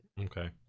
Okay